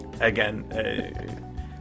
again